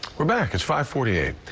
we're back. it's five forty eight.